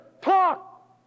talk